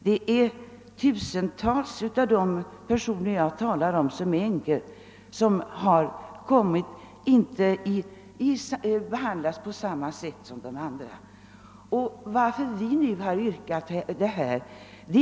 Det finns tusentals sådana änkor som jag talat om och som inte fått samma behandling som övriga änkor. Förhållandet måste uppfattas på detta sätt ute i landet.